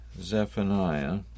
Zephaniah